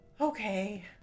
Okay